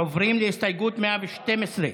עוברים להסתייגות 112,